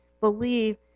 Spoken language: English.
believe